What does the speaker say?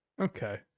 Okay